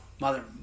mother